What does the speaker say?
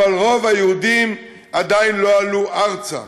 אבל רוב היהודים עדיין לא עלו ארצה.